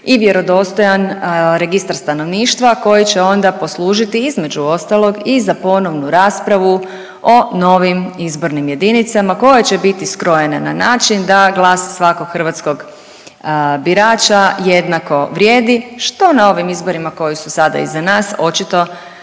i vjerodostojan registar stanovništva koji će onda poslužiti, između ostalog i za ponovnu raspravu o novim izbornim jedinicama koje će biti skrojene na način da glas svakog hrvatskog birača jednako vrijedi, što na ovim izborima koji su sada iza nas očito